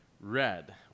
red